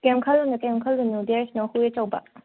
ꯀꯩꯝ ꯈꯜꯂꯨꯅꯣ ꯀꯩꯝ ꯈꯜꯂꯨꯅꯣ ꯗꯤꯌꯥꯔ ꯏꯁ ꯅꯣ ꯍꯨꯏ ꯑꯆꯧꯕ